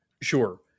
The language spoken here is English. Sure